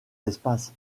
l’espace